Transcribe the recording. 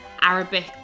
Arabic